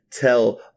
tell